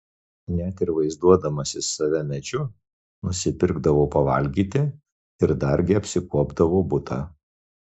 net ir vaizduodamasis save medžiu nusipirkdavo pavalgyti ir dargi apsikuopdavo butą